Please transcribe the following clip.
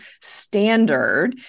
standard